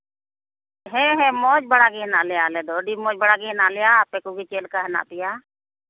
ᱦᱮᱸ ᱦᱮᱸ ᱢᱚᱡᱽ ᱵᱟᱲᱟᱜᱮ ᱦᱮᱱᱟᱜ ᱞᱮᱭᱟ ᱟᱞᱮᱫᱚ ᱟᱹᱰᱤ ᱢᱚᱡᱽ ᱵᱟᱲᱟᱜᱮ ᱦᱮᱱᱟᱜ ᱞᱮᱭᱟ ᱟᱯᱮ ᱠᱚᱜᱮ ᱪᱮᱫ ᱞᱮᱠᱟ ᱦᱮᱱᱟᱜ ᱯᱮᱭᱟ